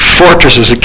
fortresses